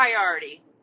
priority